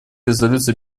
резолюции